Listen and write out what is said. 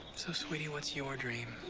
so, sweetie, what's your dream?